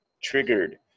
triggered